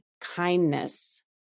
kindness